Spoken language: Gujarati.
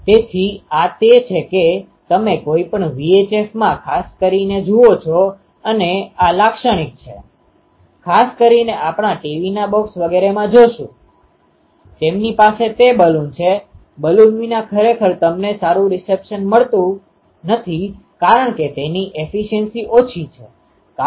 તેથી આ તે છે કે તમે કોઈપણ VHF માં ખાસ કરીને જુઓ છો અને આ લાક્ષણિક છે ખાસ કરીને આપણા ટીવીના બોક્સ વગેરેમાં જોશું તેમની પાસે તે બલૂન છે બલુન વિના ખરેખર તમને સારું રિસેપ્શન નથી મળતું કારણ કે તેની એફીસીઅન્સી ઓછી છે